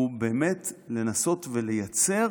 הוא לנסות ולייצר